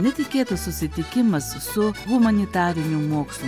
netikėtas susitikimas su humanitarinių mokslų